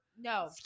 No